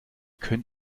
könnt